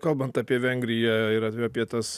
kalbant apie vengriją ir apie tas